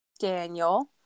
Daniel